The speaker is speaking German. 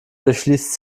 durchfließt